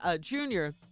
Junior